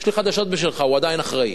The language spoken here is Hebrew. יש לי חדשות עבורך, הוא עדיין אחראי.